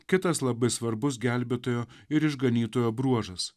kitas labai svarbus gelbėtojo ir išganytojo bruožas